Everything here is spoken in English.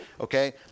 okay